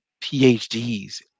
PhDs